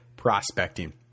Prospecting